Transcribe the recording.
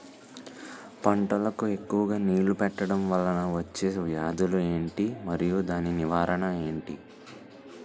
పంటలకు ఎక్కువుగా నీళ్లను పెట్టడం వలన వచ్చే వ్యాధులు ఏంటి? మరియు దాని నివారణ ఏంటి?